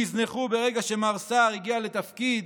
נזנחו ברגע שמר סער הגיע לתפקיד